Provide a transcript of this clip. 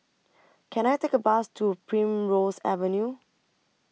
Can I Take A Bus to Primrose Avenue